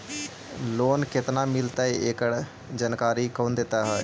Loan केत्ना मिलतई एकड़ जानकारी कौन देता है?